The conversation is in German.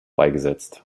beigesetzt